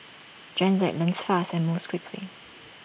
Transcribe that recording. Gen Z learns fast and moves quickly